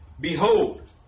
Behold